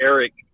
Eric